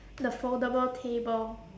the foldable table